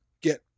get